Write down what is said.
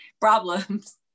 problems